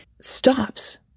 stops